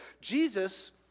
Jesus